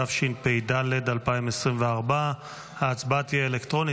התשפ"ד 2024. ההצבעה תהיה אלקטרונית.